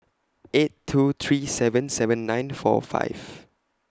eight two three seven seven nine four five